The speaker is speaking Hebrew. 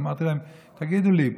אמרתי להם: תגידו לי,